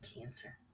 cancer